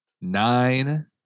Nine